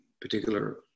particular